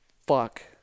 fuck